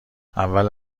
اول